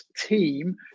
team